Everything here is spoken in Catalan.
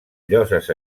lloses